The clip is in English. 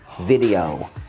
video